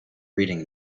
reading